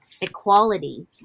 equality